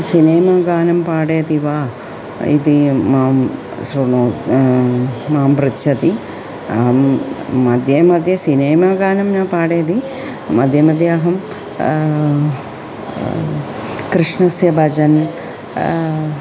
cinema गानं पाठयति वा इति मां शृणोति मां पृच्छति अहं मध्ये मध्ये सिनेमा गानं न पाठयति मध्ये मध्ये अहं कृष्णस्य भजन्